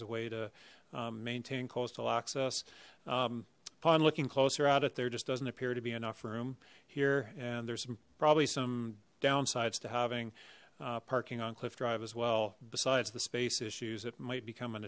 as a way to maintain coastal access upon looking closer at it there just doesn't appear to be enough room here and there's probably some downsides to having parking on cliff drive as well besides the space issues it might become an